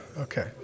okay